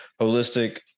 holistic